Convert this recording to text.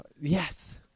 Yes